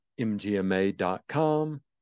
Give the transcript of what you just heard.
mgma.com